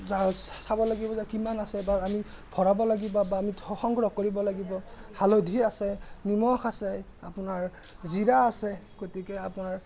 যা চাব লাগিব যে কিমান আছে বা আমি ভৰাব লাগিব বা আমি সংগ্ৰহ কৰিব লাগিব হালধি আছে নিমখ আছে আপোনাৰ জিৰা আছে গতিকে আপোনাৰ